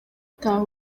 taha